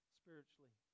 spiritually